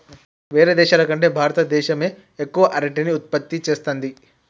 వేరే దేశాల కంటే భారత దేశమే ఎక్కువ అరటిని ఉత్పత్తి చేస్తంది